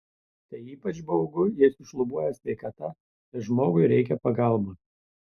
tai ypač baugu jei sušlubuoja sveikata ir žmogui reikia pagalbos